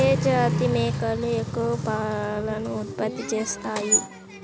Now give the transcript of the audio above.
ఏ జాతి మేకలు ఎక్కువ పాలను ఉత్పత్తి చేస్తాయి?